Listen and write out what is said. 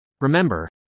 Remember